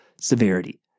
severity